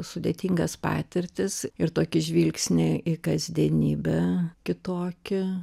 sudėtingas patirtis ir tokį žvilgsnį į kasdienybę kitokį